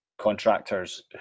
contractors